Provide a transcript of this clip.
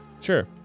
Sure